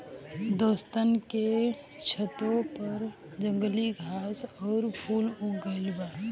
दोस्तन के छतों पर जंगली घास आउर फूल उग गइल बा